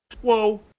Whoa